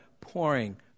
pouring